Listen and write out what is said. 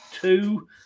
two